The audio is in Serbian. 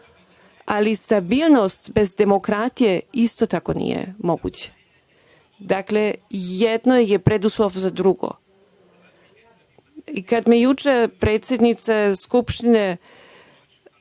ali stabilnost bez demokratije isto tako nije moguća. Dakle, jedno je preduslov za drugo. Kada mi je juče predsednica Skupštine